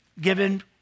given